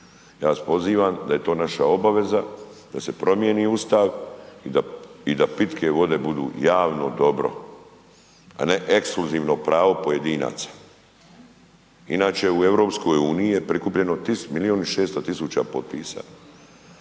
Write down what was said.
Ja vas pozivam da je to naša obaveza, da se promijeni Ustav i da pitke vode budu javno dobro a ne ekskluzivno pravo pojedinaca. Inače u EU je prikupljeno milijun i 600 000 potpisa,